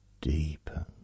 Deepen